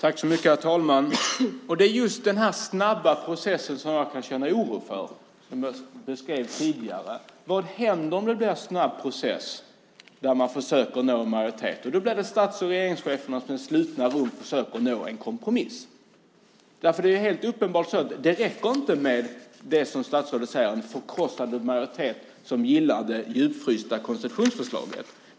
Herr talman! Det är just den här snabba processen som jag kan känna oro för, som jag beskrev tidigare. Vad händer om det blir en snabb process där man försöker nå majoritet? Jo, då blir det stats och regeringscheferna som i slutna rum försöker nå en kompromiss. Det är helt uppenbart att det inte räcker med det som statsrådet säger om en förkrossande majoritet som gillar det djupfrysta konstitutionsförslaget.